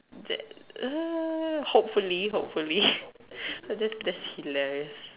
that uh hopefully hopefully that's that's hilarious